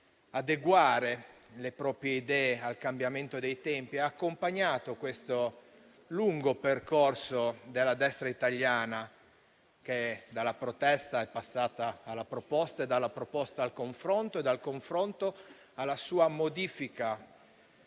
adeguare le proprie idee al cambiamento dei tempi e ha accompagnato il lungo percorso della destra italiana, che dalla protesta è passata alla proposta, dalla proposta al confronto e dal confronto alla sua modifica